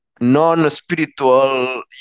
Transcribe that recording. non-spiritual